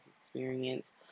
experience